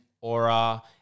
Aura